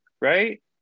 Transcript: right